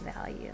value